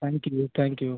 thank you thank you